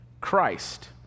Christ